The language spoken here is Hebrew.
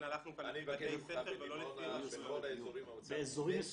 אני אבקר איתך בדימונה בכל האזורים.